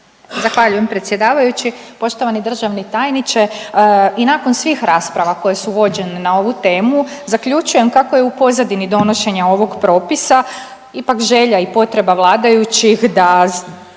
Zahvaljujem predsjedavajući. Poštovani državni tajniče i nakon svih rasprava koje su vođene na ovu temu zaključujem kako je u pozadini donošenja ovog propisa ipak želja i potreba vladajućih da